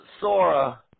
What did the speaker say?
Sora